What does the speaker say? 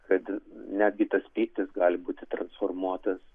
kad netgi tas pyktis gali būti transformuotas